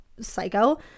psycho